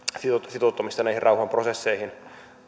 sitoutumista näihin rauhanprosesseihin